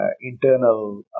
internal